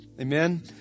Amen